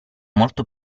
molto